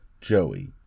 Joey